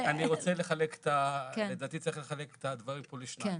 -- לדעתי צריך לחלק את הדברים פה לשניים.